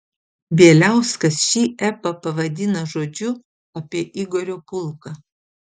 bieliauskas šį epą pavadina žodžiu apie igorio pulką